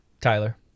Tyler